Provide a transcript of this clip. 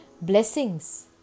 blessings